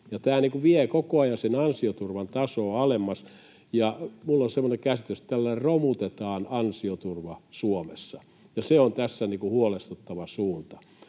Tämä vie koko ajan ansioturvan tasoa alemmas, ja minulla on semmoinen käsitys, että tällä romutetaan ansioturva Suomessa. Se on tässä huolestuttava suunta,